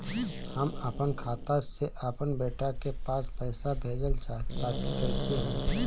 हम आपन खाता से आपन बेटा के पास पईसा भेजल चाह तानि कइसे होई?